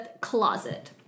closet